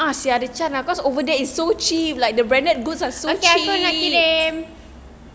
okay aku nak kirim